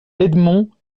edmond